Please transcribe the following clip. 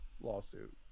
lawsuit